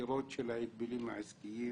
החקירות של ההגבלים העסקיים